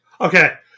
Okay